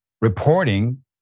reporting